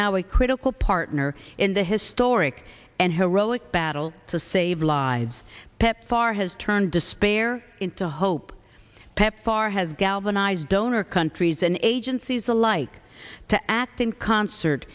now a critical partner in the historic and heroic battle to save lives pepfar has turned despair into hope pepfar has galvanized donor countries and agencies alike to act in concert